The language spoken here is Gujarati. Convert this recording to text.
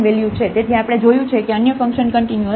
તેથી આપણે જોયું છે કે અન્ય ફંક્શન કન્ટીન્યુઅસ છે